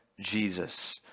Jesus